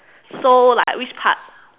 so like which part